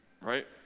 right